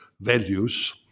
values